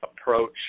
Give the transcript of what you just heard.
approach